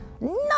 No